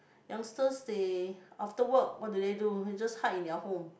youngsters they after work what do they do they just hide in their home